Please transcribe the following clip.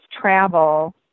travel